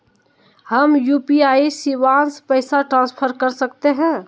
हम यू.पी.आई शिवांश पैसा ट्रांसफर कर सकते हैं?